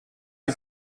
des